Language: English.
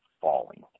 falling